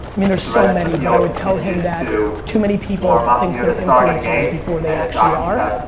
mean there's so many, but i would tell him that too many people think they're influencers before they actually are.